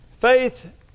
Faith